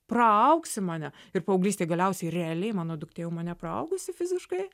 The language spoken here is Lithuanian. praaugsi mane ir paauglystė galiausiai realiai mano duktė jau mane praaugusi fiziškai